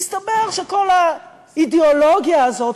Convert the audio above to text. יסתבר שכל האידיאולוגיה הזאת,